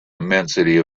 immensity